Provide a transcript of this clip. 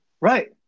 Right